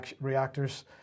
reactors